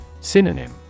Synonym